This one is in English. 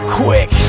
quick